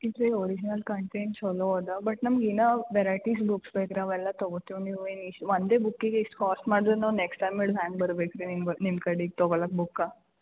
ಇದ್ದರೆ original content ಚೊಲೋ ಇದೆ ಬಟ್ ನಮ್ಗೆ ಇನ್ನೂ ವೆರೈಟೀಸ್ ಬುಕ್ಸ್ ಬೇಕ್ರೀ ಅವೆಲ್ಲ ತೊಗೋತೀವಿ ನೀವು ಏನು ಇಷ್ಟು ಒಂದೇ ಬುಕ್ಕಿಗೆ ಇಷ್ಟು ಕಾಸ್ಟ್ ಮಾಡ್ದ್ರೆ ನಾವು ನೆಕ್ಸ್ಟ್ ಟೈಮ್ ಹಿಡ್ದು ಹೆಂಗ್ ಬರಬೇಕ್ರೀ ನಿಮ್ಮ ನಿಮ್ಮ ಕಡೆ ತೊಗೊಳಕ್ಕೆ ಬುಕ್ಕಾ